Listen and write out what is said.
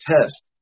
test